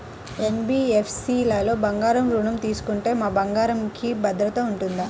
NBFC లలో బంగారు ఋణం తీసుకుంటే మా బంగారంకి భద్రత ఉంటుందా?